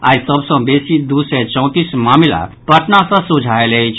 आई सभ सँ बेसी दू सय चौंतीस मामिला पटना सँ सोझा आयल अछि